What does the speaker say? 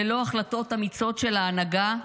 ללא החלטות אמיצות של ההנהגה,